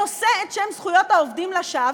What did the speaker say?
נושא את שם זכויות העובדים לשווא,